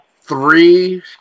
three